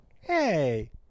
hey